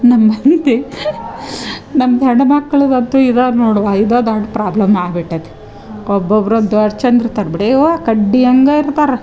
ನಮ್ಮ ಮಂದಿ ನಮ್ಮ ಗಂಡ ಮಕ್ಳಿಗಂತೂ ಇದಾರೆ ನೋಡವ್ವ ಇದಾ ದೊಡ್ಡ ಪ್ರಾಬ್ಲಮ್ ಆಗ್ಬಿಟ್ಟೈತಿ ಒಬ್ಬೊಬ್ಬರು ಒಂದು ದೊಡ್ಡ ಚಂದ್ರ ತಗ ಬಿಡೇಯವ್ವ ಕಡ್ಡಿ ಹಂಗ ಇರ್ತರೆ